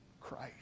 Christ